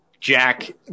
jack